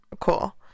Cool